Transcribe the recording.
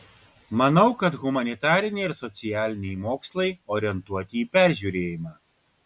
manau kad humanitariniai ir socialiniai mokslai orientuoti į peržiūrėjimą